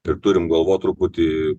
ir turim galvot truputį